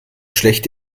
schlecht